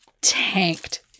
tanked